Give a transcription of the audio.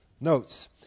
notes